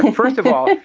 um first of all,